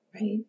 right